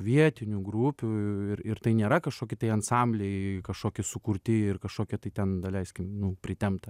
vietinių grupių ir ir tai nėra kažkoki tai ansambliai kažkoki sukurti ir kažkokie tai ten daleiskim pritempta